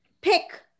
pick